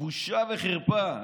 בושה וחרפה.